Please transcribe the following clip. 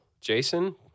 Jason